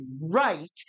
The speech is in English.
right